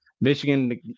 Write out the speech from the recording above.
Michigan